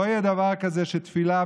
לא יהיה דבר כזה שתפילה,